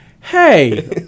hey